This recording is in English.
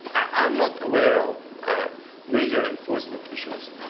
i am not aware of major enforcement issues.